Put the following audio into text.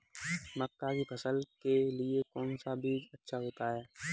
मक्का की फसल के लिए कौन सा बीज अच्छा होता है?